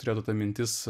turėtų ta mintis